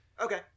Okay